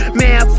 man